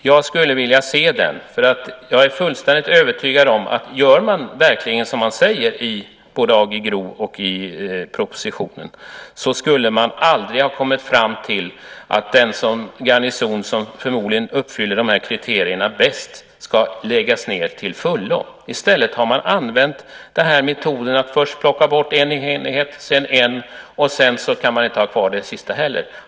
Jag skulle vilja se den, för jag är fullständigt övertygad om att man, om man verkligen gör som det sägs i både AG GRO och propositionen, aldrig skulle komma fram till att den garnison som förmodligen bäst uppfyller de här kriterierna ska läggas ned till fullo. I stället har man använt metoden att plocka bort först en enhet och sedan en. Sedan kan man inte ha kvar den sista heller.